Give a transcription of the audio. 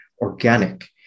organic